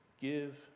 Give